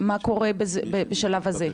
מה קורה בשלב הזה?